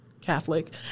Catholic